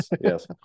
yes